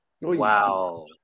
Wow